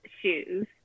shoes